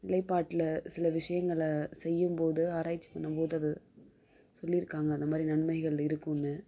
நிலைப்பாட்டில் சில விஷயங்களை செய்யும்போது ஆராய்ச்சி பண்ணும்போது அது சொல்லிருக்காங்க அந்த மாதிரி நன்மைகள் இருக்குன்னு